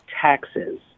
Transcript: taxes